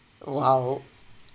oh !wow!